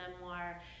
memoir